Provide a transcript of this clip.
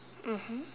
mmhmm